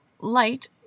Light